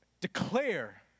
declare